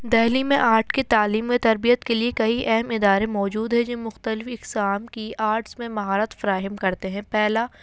دہلی میں آرٹ کی تعلیم و تربیت کے لیے کئی اہم ادارے موجود ہیں جن مختلف اقسام کی آرٹس میں مہارت فراہم کرتے ہیں پہلا